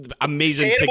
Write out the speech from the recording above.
amazing